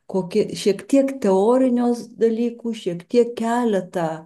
kokį šiek tiek teoriniuos dalykų šiek tiek keletą